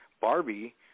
Barbie